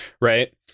Right